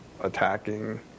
attacking